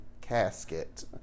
casket